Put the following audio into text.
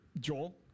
Joel